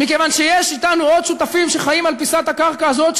מכיוון שיש אתנו עוד שותפים שחיים על פיסת הקרקע הזאת,